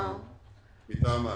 מטעמם.